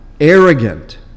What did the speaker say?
arrogant